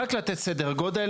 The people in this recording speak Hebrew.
רק לתת סדר גודל,